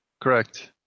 correct